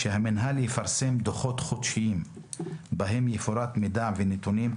שהמינהל יפרסם דוחות חודשיים שבהם יפורטו מידע ונתונים,